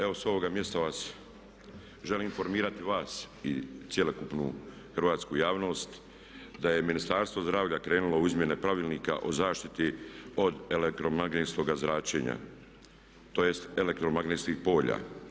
Evo s ovoga mjesta vas želim informirati, vas i cjelokupnu hrvatsku javnost, da je Ministarstvo zdravlja krenulo u izmjene Pravilnika o zaštiti od elektromagnetskog zračenja tj. elektromagnetskih polja.